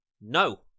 No